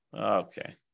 Okay